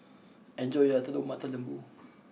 enjoy your Telur Mata Lembu